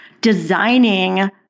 designing